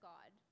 God